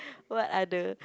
what other